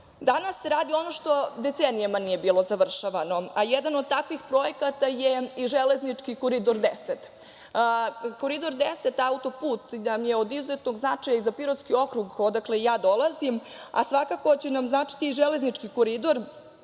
mira. Danas radimo ono što decenijama nije bilo završavano, a jedan od takvih projekata je i železnički Koridor 10. Koridor 10 - autoput nam je od izuzetnog značaja i za Pirotski okrug, odakle i ja dolazim, a svakako će nam značiti i železnički koridor